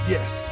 Yes